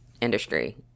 industry